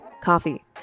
coffee